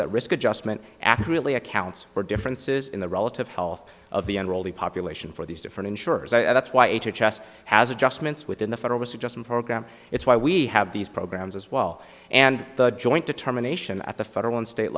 that risk adjustment accurately accounts for differences in the relative health of the enrolled the population for these different insurers and that's why h h s has adjustments within the federal suggestion program it's why we have these programs as well and the joint determination at the federal and state